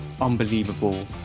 unbelievable